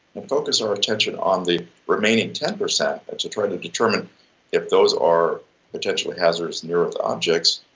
and focus our attention on the remaining ten percent to try to determine if those are potentially hazardous near earth objects,